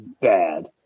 Bad